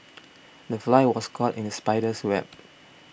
the fly was caught in the spider's web